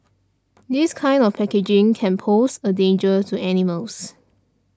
this kind of packaging can pose a danger to animals